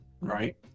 Right